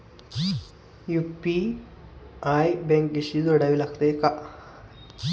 UPI बँकेशी जोडावे लागते का?